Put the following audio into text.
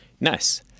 Nice